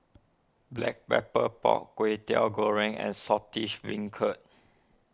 Black Pepper Pork Kwetiau Goreng and Saltish Beancurd